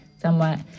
somewhat